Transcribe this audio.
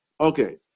okay